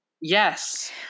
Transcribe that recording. Yes